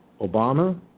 Obama